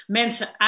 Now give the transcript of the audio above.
Mensen